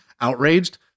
outraged